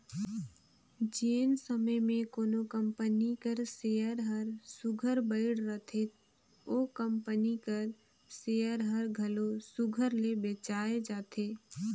जेन समे में कोनो कंपनी कर सेयर हर सुग्घर बइढ़ रहथे ओ कंपनी कर सेयर हर घलो सुघर ले बेंचाए जाथे